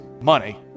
money